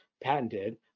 patented